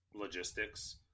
logistics